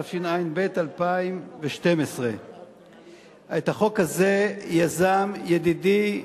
התשע"ב 2012. את החוק הזה יזם ידידי,